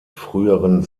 früheren